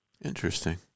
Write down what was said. Interesting